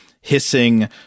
hissing